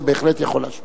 זה בהחלט יכול להשפיע.